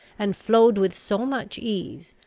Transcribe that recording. and flowed with so much ease,